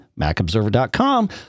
MacObserver.com